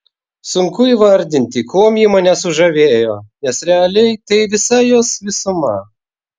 sunku įvardinti kuom ji mane sužavėjo nes realiai tai visa jos visuma